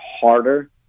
harder